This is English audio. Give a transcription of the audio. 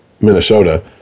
minnesota